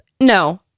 No